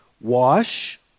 Wash